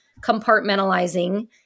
compartmentalizing